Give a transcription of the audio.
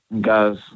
guys